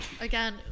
again